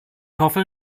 hoffe